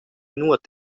nuot